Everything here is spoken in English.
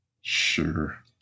Sure